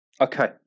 Okay